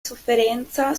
sofferenza